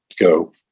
go